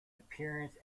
appearance